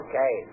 Okay